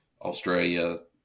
Australia